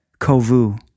kovu